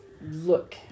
look